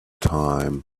time